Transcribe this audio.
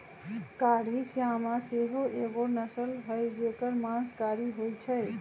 कारी श्यामा सेहो एगो नस्ल हई जेकर मास कारी होइ छइ